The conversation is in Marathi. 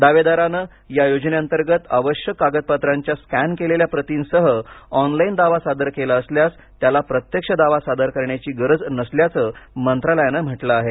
दावेदाराने या योजनेंतर्गत आवश्यक कागदपत्रांच्या स्कॅन केलेल्या प्रतीसह ऑनलाइन दावा सादर केला असल्यास त्याला प्रत्यक्ष दावा सादर करण्याची गरज नसल्याच मंत्रालयानं म्हटलं आहे